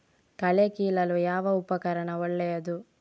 ಕಳೆ ಕೀಳಲು ಯಾವ ಉಪಕರಣ ಒಳ್ಳೆಯದು?